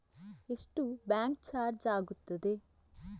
ಎಷ್ಟು bank charge ಆಗುತ್ತದೆ?